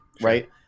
right